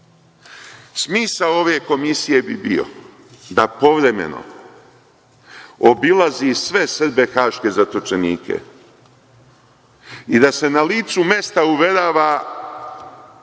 dođe. Smisao ove komisije bi bio da povremeno obilazi sve Srbe haške zatočenike i da se na licu mesta uverava